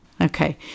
Okay